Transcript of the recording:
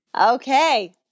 Okay